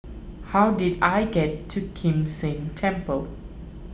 how do I get to Kim San Temple